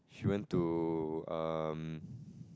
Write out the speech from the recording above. she went to um